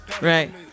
Right